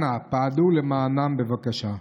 אנא פעלו למענם, בבקשה.